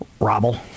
robble